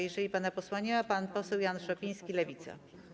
Jeżeli pana posła nie ma, pan poseł Jan Szopiński, Lewica.